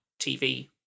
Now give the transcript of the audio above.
TV